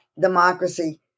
democracy